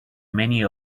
many